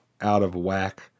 out-of-whack